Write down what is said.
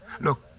Look